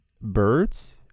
birds